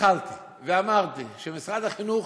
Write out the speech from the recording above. התחלתי ואמרתי שמשרד החינוך